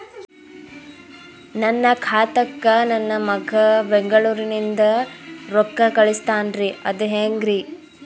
ನನ್ನ ಖಾತಾಕ್ಕ ನನ್ನ ಮಗಾ ಬೆಂಗಳೂರನಿಂದ ರೊಕ್ಕ ಕಳಸ್ತಾನ್ರಿ ಅದ ಹೆಂಗ್ರಿ?